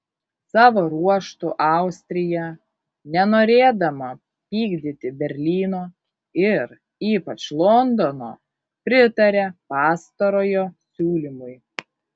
savo ruožtu austrija nenorėdama pykdyti berlyno ir ypač londono pritarė pastarojo siūlymui